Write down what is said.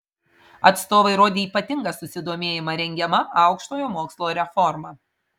atstovai rodė ypatingą susidomėjimą rengiama aukštojo mokslo reforma